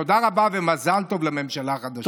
תודה רבה ומזל טוב לממשלה החדשה.